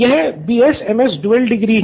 student 2 यह B॰ S॰ MS॰ dual degree है